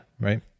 right